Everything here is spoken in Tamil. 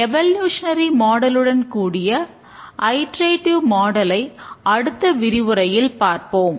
எவெல்யூஸ்னரி மாடலுடன் அடுத்த விரிவுரையில் பார்ப்போம்